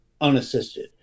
unassisted